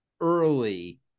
early